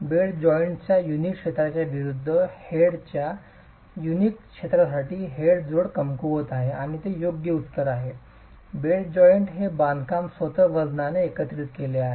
bed जॉइंटच्या unit क्षेत्राच्या विरूद्ध हेडच्या युनिट क्षेत्रासाठी हेड जोड कमकुवत आहे आणि ते योग्य उत्तर आहे बेड जॉईंट हे बांधकाम स्वतःच वजनाने एकत्रित केलेले आहे